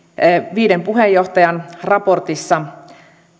viiden puheenjohtajan raportissa